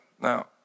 Now